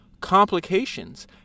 complications